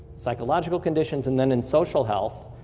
psychological conditions, and then in social health,